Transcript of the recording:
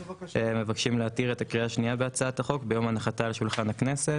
מבקשים להתיר את הקריאה השנייה בהצעת החוק ביום הנחתה על שולחן הכנסת.